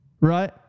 right